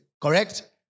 correct